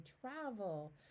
travel